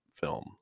film